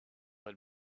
had